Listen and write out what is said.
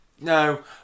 no